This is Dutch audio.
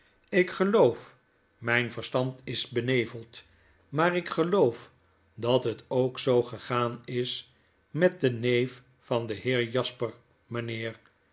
ik geloof mijn verstand is beneveld maar ik geloof dat het ook zoo gegaan is met den neef van den heer jasper mynheer